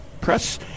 Press